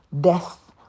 death